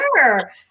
sure